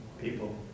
people